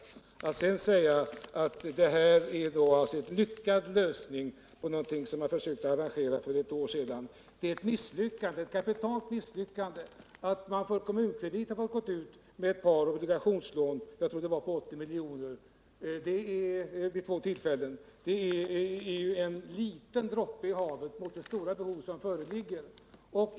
Departementschefen säger att långivningen är en lyckad lösning på någonting som man har försökt arrangera för ett år sedan. Nej, det är ett kapitalt misslyckande. Att Kommunkredit har gått ut med obligationslån på 80 milj.kr. vid två tillfällen är ju en liten droppe i havet jämfört med det behov som föreligger.